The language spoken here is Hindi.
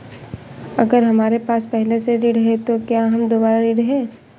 अगर हमारे पास पहले से ऋण है तो क्या हम दोबारा ऋण हैं?